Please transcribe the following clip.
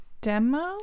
demo